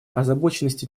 озабоченности